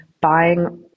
buying